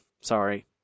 sorry